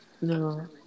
no